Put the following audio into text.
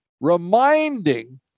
reminding